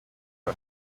kwa